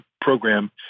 program